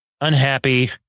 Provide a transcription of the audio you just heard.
unhappy